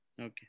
Okay